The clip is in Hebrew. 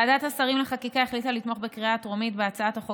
ועדת השרים לחקיקה החליטה לתמוך בקריאה הטרומית בהצעת החוק